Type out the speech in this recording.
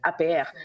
APR